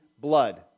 blood